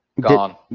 Gone